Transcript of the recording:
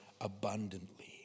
abundantly